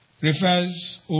refers